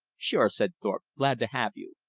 sure, said thorpe, glad to have you.